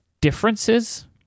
Differences